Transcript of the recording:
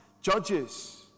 judges